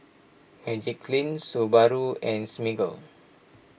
Magiclean Subaru and Smiggle